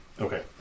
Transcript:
Okay